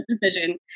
decision